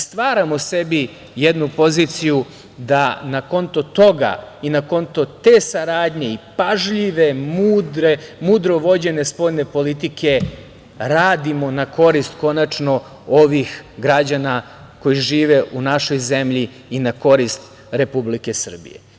Stvaramo sebi jednu poziciju da na konto toga i na konto te saradnje i pažljive, mudro vođene spoljne politike radimo na korist, konačno, ovih građana koji žive u našoj zemlji i na korist Republike Srbije.